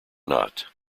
not